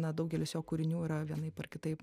na daugelis jo kūrinių yra vienaip ar kitaip